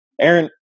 Aaron